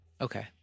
Okay